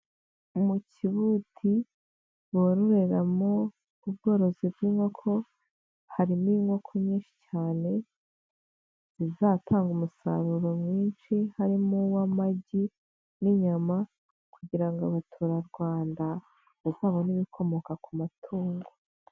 Mu kibudi bororeramo ubworozi bw'inkoko, harimo inkoko nyinshi cyane zizatanga umusaruro mwinshi harimo uw'amagi n'inyama kugira ngo abatura Rwanda uvanweho ibikomoka ku matungo.